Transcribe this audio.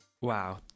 Wow